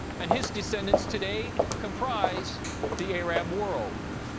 and his descendents today comprise the arab world.